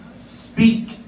speak